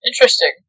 interesting